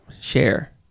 Share